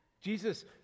Jesus